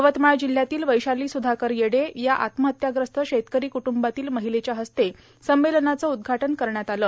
यवतमाळ जिल्ह्यातील वैशाला सुधाकर येडे या आत्महत्याग्रस्त शेतकरां कुटुंबातील र्माहलेच्या हस्ते संमेलनाचचं उद्घाटन करण्यात आलं